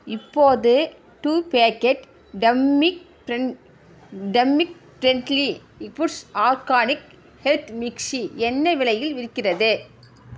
இப்போது டு பேக்கெட் டம்மிக் tummy friendly foods organic health மிக்ஸி என்ன விலையில் விற்கிறது